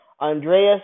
Andreas